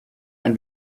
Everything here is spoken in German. ein